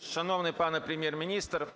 Шановний пане Прем'єр-міністр!